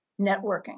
networking